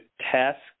task